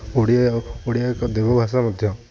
ଓଡ଼ିଆ ଓଡ଼ିଆ ଏକ ଦେବଭାଷା ମଧ୍ୟ